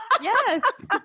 yes